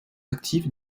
actif